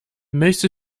meeste